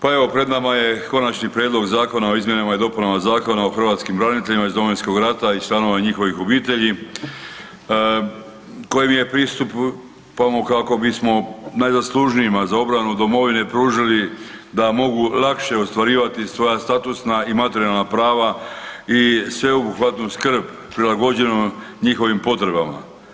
Pa evo pred nama je Konačni prijedlog Zakona o izmjenama i dopunama Zakona o hrvatskim braniteljima iz Domovinskog rata i članovima njihovih obitelji kojim pristupamo kako bismo najzaslužnijima za obranu domovine pružili da mogu lakše ostvarivati svoja statusna i materijalna prava i sveobuhvatnu skrb prilagođenu njihovim potrebama.